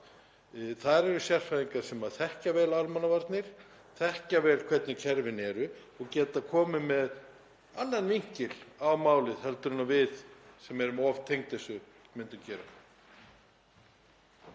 Þar eru sérfræðingar sem þekkja vel almannavarnir, þekkja vel hvernig kerfin eru og geta komið með annan vinkil á málið heldur en við sem erum of tengd þessu myndum gera.